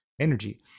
energy